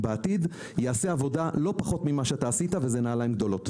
יעשה לא פחות ממה שעשית וזה נעליים גדולות.